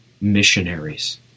missionaries